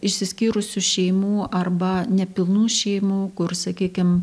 išsiskyrusių šeimų arba nepilnų šeimų kur sakykim